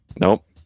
Nope